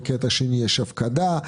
בקטע שני יש הפקדה.